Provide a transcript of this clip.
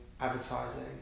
advertising